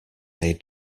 they